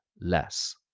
less